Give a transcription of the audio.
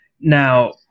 now